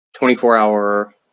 24-hour